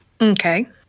Okay